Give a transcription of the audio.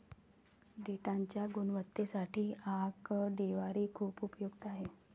डेटाच्या गुणवत्तेसाठी आकडेवारी खूप उपयुक्त आहे